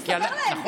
תספר להם.